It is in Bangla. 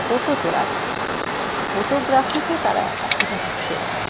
ফটো তোলা চাই ফটোগ্রাফিতে তারা একেবারে সেরা